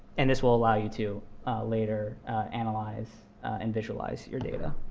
and this will allow you to later analyze and visualize your data.